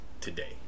today